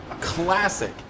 classic